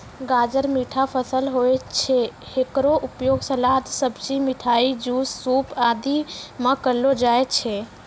गाजर मीठा फसल होय छै, हेकरो उपयोग सलाद, सब्जी, मिठाई, जूस, सूप आदि मॅ करलो जाय छै